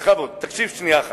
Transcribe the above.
בכבוד, תקשיב שנייה אחת,